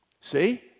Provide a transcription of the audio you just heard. See